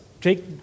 take